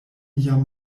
jam